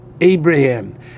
Abraham